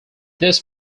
this